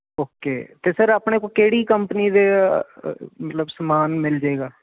okay ਤੇ sir ਆਪਣੇ ਕਿਹੜੀ ਕੰਪਨੀ ਦੇ ਮਤਲਬ ਸਮਾਨ ਮਿਲ ਜਾਏਗਾ